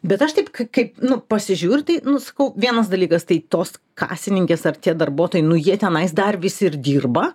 bet aš taip kaip nu pasižiūriu tai nu sakau vienas dalykas tai tos kasininkės ar tie darbuotojai nu jie tenai dar visi ir dirba